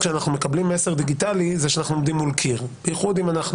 כוונתכם --- התקשורת היא דו-כיוונית.